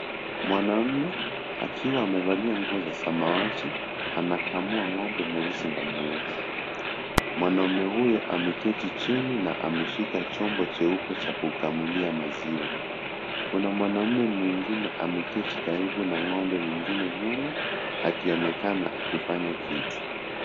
mwanaume akiwa amevalia nguo za samawati anakamua ng'ombe mweusi na mweupe. Mwanaume uyo ameketi chini na ameshika chombo cha kukamulia maziwa. Kuna mwanaume mwingine ameketi karibu na ng'ombe mwingine nyuma akionekana akifanya kitu.